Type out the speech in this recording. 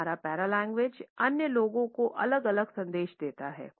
हमारा पैरालेंग्वेज अन्य लोगों को अलग अलग संदेश देता है